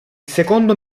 secondo